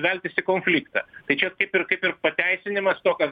veltis į konfliktą tai čia kaip ir kaip ir pateisinimas to kas